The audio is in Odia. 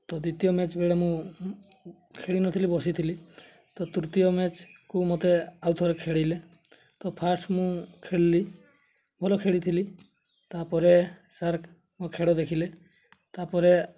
ତ ଦ୍ୱିତୀୟ ମ୍ୟାଚ୍ ବେଳେ ମୁଁ ଖେଳିନଥିଲି ବସିଥିଲି ତୃତୀୟ ମ୍ୟାଚ୍କୁ ମୋତେ ଆଉ ଥରେ ଖେଳିଲେ ତ ଫାଷ୍ଟ୍ ମୁଁ ଖେଳିଲି ଭଲ ଖେଳିଥିଲି ତା'ପରେ ସାର୍ ମୋ ଖେଳ ଦେଖିଲେ ତା'ପରେ